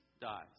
dies